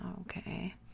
okay